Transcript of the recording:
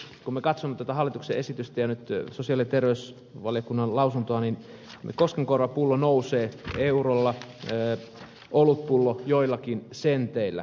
kun me katsomme tätä hallituksen esitystä ja nyt sosiaali ja terveysvaliokunnan lausuntoa niin koskenkorva pullo nousee eurolla olutpullo joillakin senteillä